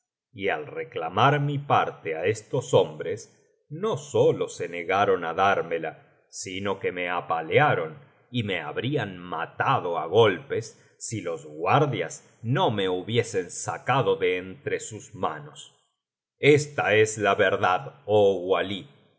y al reclamar mi parte á estos hombres no sólo se negaron á dármela sino que me apalearon y me habrían matado á golpes si los guardias no me hubiesen sacado de entre sus manos esta es la verdad oh walí